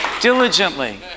Diligently